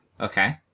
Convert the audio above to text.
Okay